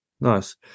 Nice